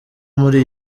muri